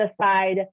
aside